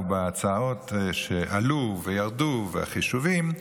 או בהצעות שעלו וירדו ובחישובים,